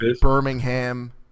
Birmingham